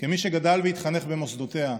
כמי שגדל והתחנך במוסדותיה,